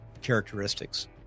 characteristics